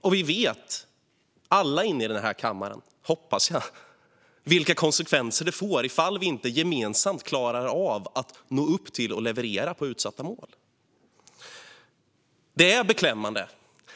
Och vi vet alla i denna kammare, hoppas jag, vilka konsekvenser det får ifall vi inte gemensamt klarar av att nå upp till uppsatta mål. Det är beklämmande